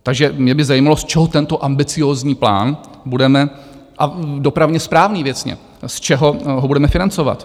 Takže mě by zajímalo, z čeho tento ambiciózní plán budeme a dopravně správný věcně z čeho ho budeme financovat?